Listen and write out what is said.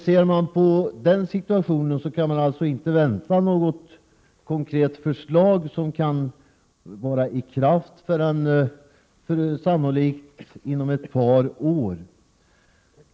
Ser man på den situationen kan man alltså inte vänta något konkret förslag som kan vara i kraft förrän sannolikt om ett par år.